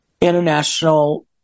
International